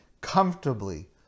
comfortably